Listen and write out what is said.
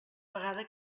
vegada